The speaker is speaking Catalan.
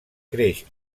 creix